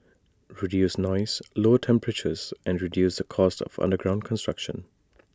reduce noise lower temperatures and reduce the cost of underground construction